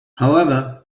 however